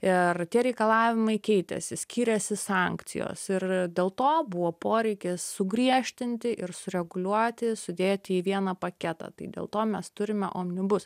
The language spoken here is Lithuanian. ir tie reikalavimai keitėsi skyrėsi sankcijos ir dėl to buvo poreikis sugriežtinti ir sureguliuoti sudėti į vieną paketą tai dėl to mes turime omnibus